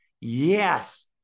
Yes